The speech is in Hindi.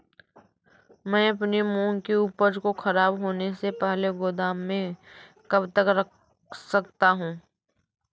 मैं अपनी मूंग की उपज को ख़राब होने से पहले गोदाम में कब तक रख सकता हूँ?